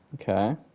Okay